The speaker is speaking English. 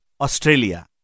Australia